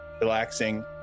relaxing